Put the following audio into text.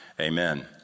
amen